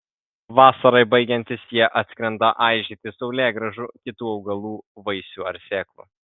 vasarai baigiantis jie atskrenda aižyti saulėgrąžų kitų augalų vaisių ar sėklų